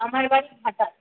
আমার বাড়ি ঘাটাল